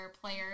players